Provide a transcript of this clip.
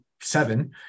seven